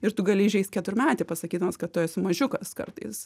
ir tu gali įžeist keturmetį pasakydamas kad tu esi mažiukas kartais